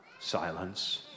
Silence